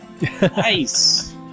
Nice